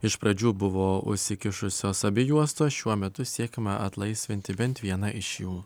iš pradžių buvo užsikišusios abi juostos šiuo metu siekiama atlaisvinti bent vieną iš jų